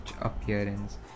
appearance